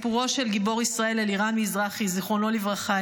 אלירן מזרחי, זיכרונו לברכה.